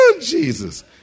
Jesus